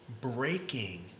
breaking